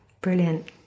Brilliant